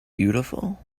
beautiful